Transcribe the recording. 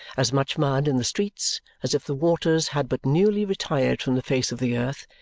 as much mud in the streets as if the waters had but newly retired from the face of the earth,